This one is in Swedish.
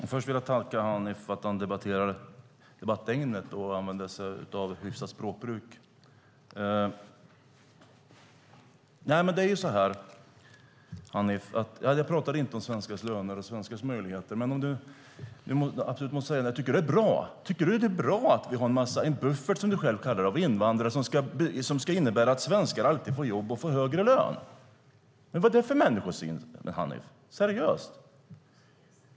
Herr talman! Jag vill tacka Hanif för att han håller sig till debattämnet och använder ett hyfsat språk. Jag talade inte om svenskars löner och möjligheter. Men tycker du att det är bra, Hanif, att vi har en buffert av invandrare som innebär att svenskar alltid får jobb och högre lön? Vad är det för människosyn?